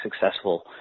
successful